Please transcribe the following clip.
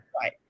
Right